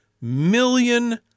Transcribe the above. million